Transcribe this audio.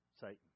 Satan